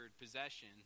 possession